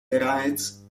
bereits